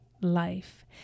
life